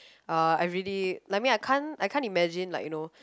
uh I really like I mean I can't I can't imagine like you know